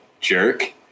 jerk